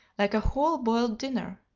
like a whole boiled dinner.